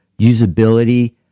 usability